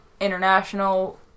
international